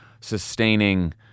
sustaining